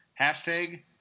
#Hashtag